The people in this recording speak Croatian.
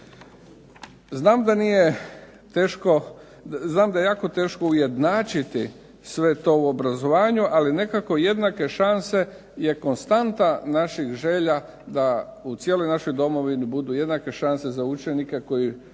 znam da je jako teško ujednačiti sve to u obrazovanju, ali nekako jednake šanse je konstanta naših želja da u cijeloj našoj Domovini budu jednake šanse za učenike koji